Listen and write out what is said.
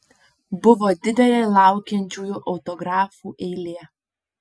buvo didelė laukiančiųjų autografų eilė